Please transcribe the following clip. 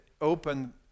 open